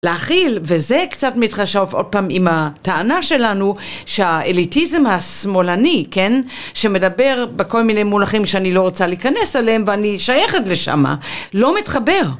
להכיל, וזה קצת מתחשוף עוד פעם עם הטענה שלנו שהאליטיזם השמאלני, כן? שמדבר בכל מיני מונחים שאני לא רוצה להיכנס אליהם ואני שייכת לשם, לא מתחבר.